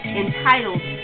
entitled